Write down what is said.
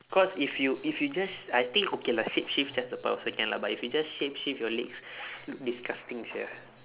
cause if you if you just I think okay lah shapeshift just the part also can lah but if you just shapeshift your legs look disgusting sia